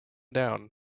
down